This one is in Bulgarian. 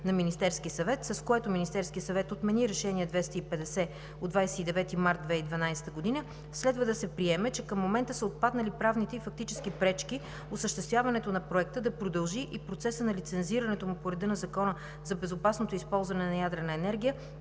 на Министерския съвет, с което отмени Решение № 250 от 29 март 2012 г., следва да се приеме, че към момента са отпаднали правните и фактическите пречки осъществяването на Проекта да продължи и процесът на лицензирането му по реда на Закона за безопасното използване на ядрена енергия